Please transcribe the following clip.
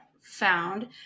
found